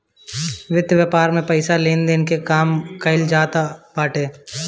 वित्त व्यापार में पईसा के लेन देन के काम कईल जात बाटे